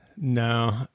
No